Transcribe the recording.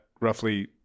roughly